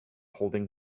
holding